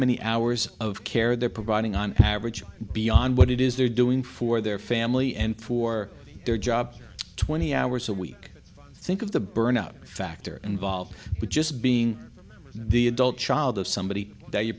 many hours of care they're providing on average or beyond what it is they're doing for their family and for their job twenty hours a week think of the burnout factor involved with just being the adult child of somebody that you're